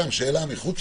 שאלה מחוץ